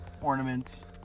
Ornaments